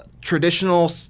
traditional